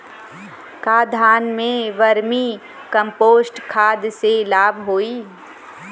का धान में वर्मी कंपोस्ट खाद से लाभ होई?